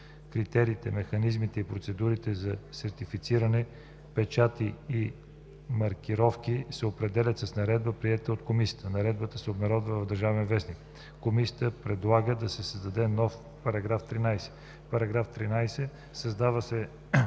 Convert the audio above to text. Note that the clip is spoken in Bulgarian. Критериите, механизмите и процедурите за сертифициране, печати и маркировки се определят с наредба, приета от комисията. Наредбата се обнародва в „Държавен вестник”.“ Комисията предлага да се създаде нов § 13: „§ 13. Създава се